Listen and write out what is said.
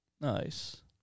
Nice